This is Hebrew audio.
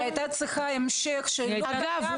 היא הייתה צריכה המשך של --- אגב,